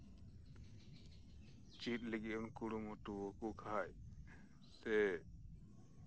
ᱪᱮᱫ ᱞᱟᱹᱜᱤᱫ ᱵᱚᱱ ᱠᱩᱨᱩᱢᱩᱴᱩᱣᱟᱠᱚ ᱠᱷᱟᱱ ᱥᱮ